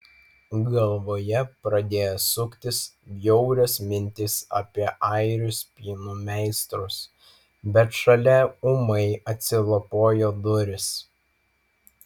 galvoje pradėjo suktis bjaurios mintys apie airių spynų meistrus bet šalia ūmai atsilapojo durys